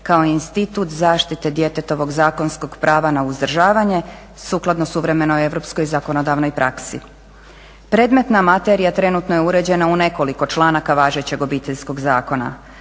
kao institut zaštite djetetovog zakonskog prava na uzdržavanje sukladno suvremenoj europskoj zakonodavnoj praksi. Predmetna materija trenutno je uređena u nekoliko članaka važećeg Obiteljskog zakona.